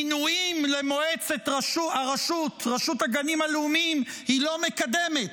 מינויים למועצת רשות הגנים הלאומיים היא לא מקדמת,